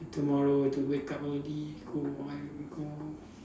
tomorrow have to wake up early go on go